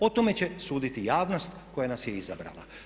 O tome će suditi javnost koja nas je izabrala.